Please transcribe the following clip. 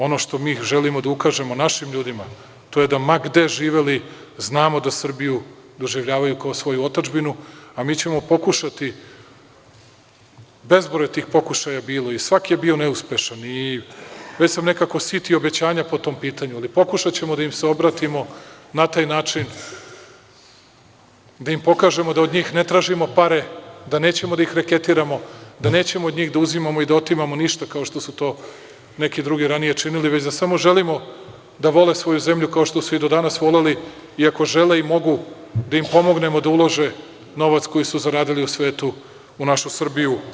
Ono što mi želimo da ukažemo našim ljudima, to je da ma gde živeli, znamo da Srbiju doživljavaju kao svoju otadžbinu, a mi ćemo pokušati, bezbroj je tih pokušaja bilo i svaki je bio neuspešan i već sam nekako sit i obećanja po tom pitanju, ali pokušaćemo da im se obratimo, na taj način da im pokažemo da od njih ne tražimo pare, da nećemo da ih reketiramo, da nećemo od njih da uzimamo i da otimamo ništa kao što su to neki drugi ranije činili, već da samo želimo da vole svoju zemlju kao što su i do danas voleli, i ako žele i mogu, da im pomognemo da ulože novac koji su zaradili u svetu u našu Srbiju.